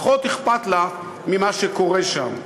פחות אכפת לה ממה שקורה שם.